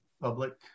public